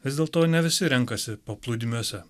vis dėlto ne visi renkasi paplūdimiuose